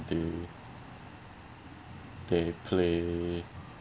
they they play